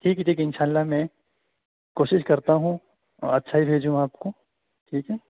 ٹھیک ہے ٹھیک ہے ان شاء اللہ میں کوشش کرتا ہوں اور اچھا ہی بھیجوں آپ کو ٹھیک ہے